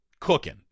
cooking